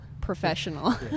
professional